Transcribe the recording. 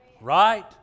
Right